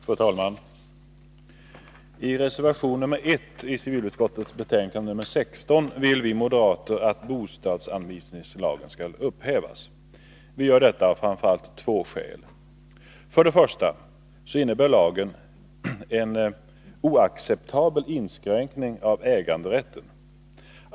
Fru talman! I reservation nr 1 i civilutskottets betänkande 16 yrkar vi moderater att bostadsanvisningslagen skall upphävas. Vi gör detta av framför allt två skäl. För det första innebär lagen en oacceptabel inskränkning av äganderätten.